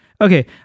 okay